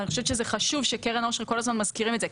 ואני חושבת שזה חשוב שקרן העושר כל הזמן מזכירים את זה.